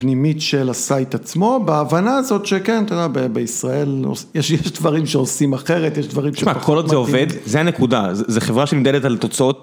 פנימית של הסייט עצמו, בהבנה הזאת שכן, אתה יודע, בישראל יש דברים שעושים אחרת, יש דברים ש... תשמע, כל עוד זה עובד, זה הנקודה, זה חברה שנמדדת על תוצאות...